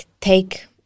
take